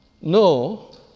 No